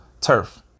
turf